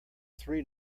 three